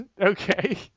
Okay